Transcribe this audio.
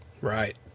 Right